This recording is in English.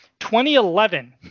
2011